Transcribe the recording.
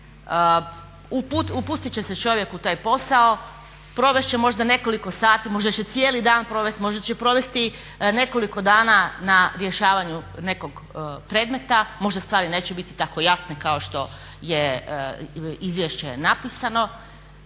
upustit će se čovjek u taj posao, provest će možda nekoliko sati, možda će cijeli dan provesti, možda će provesti nekoliko dana na rješavanju nekog predmeta. Možda stvari neće biti tako jasne kao što je izvješće je napisano.